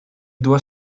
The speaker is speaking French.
doit